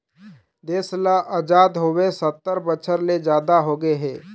देश ल अजाद होवे सत्तर बछर ले जादा होगे हे